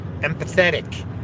empathetic